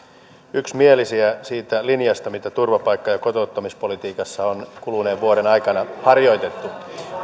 yksimielisiä siitä linjasta mitä turvapaikka ja kotouttamispolitiikassa on kuluneen vuoden aikana harjoitettu